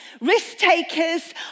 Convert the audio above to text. Risk-takers